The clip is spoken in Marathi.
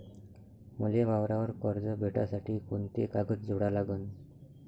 मले वावरावर कर्ज भेटासाठी कोंते कागद जोडा लागन?